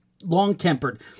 long-tempered